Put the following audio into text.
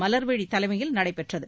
மலர்விழி தலைமையில் நடைபெற்றது